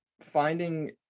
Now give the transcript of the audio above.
finding